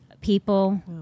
people